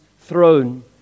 throne